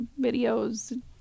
videos